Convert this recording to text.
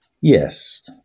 Yes